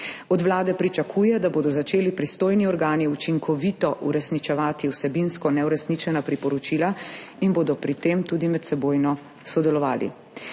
Od Vlade pričakuje, da bodo začeli pristojni organi učinkovito uresničevati vsebinsko neuresničena priporočila in bodo pri tem tudi medsebojno sodelovali.